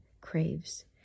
craves